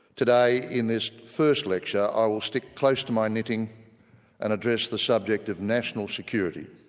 today in this first lecture i will stick close to my knitting and address the subject of national security.